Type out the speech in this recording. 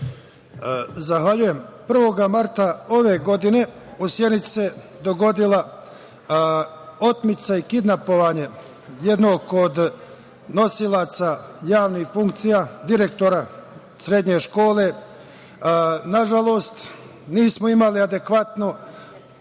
Zahvaljujem. Dana 1. marta ove godine u Sjenici se dogodila otmica i kidnapovanje jednog od nosilaca javnih funkcija, direktora srednje škole. Nažalost, nismo imali adekvatno